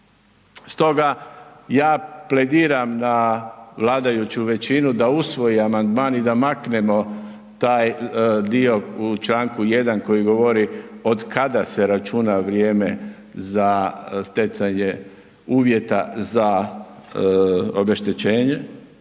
stoga ja plediram na vladajuću većinu da usvoji amandman i da maknemo taj dio u čl. 1. koji govori od kada se računa vrijeme za stjecanje uvjeta za obeštećenje